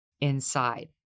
inside